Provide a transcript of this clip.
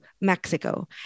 Mexico